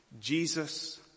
Jesus